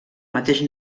mateix